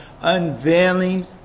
Unveiling